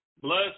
Bless